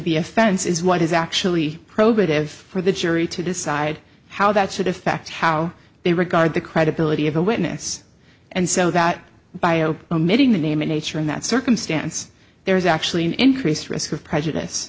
offense is what is actually probative for the jury to decide how that should affect how they regard the credibility of a witness and so that by o omitting the name of nature in that circumstance there is actually an increased risk of prejudice